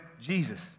Jesus